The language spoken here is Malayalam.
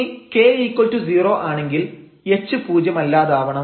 ഇനി k0 ആണെങ്കിൽ h പൂജ്യമല്ലാതാവണം